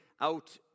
out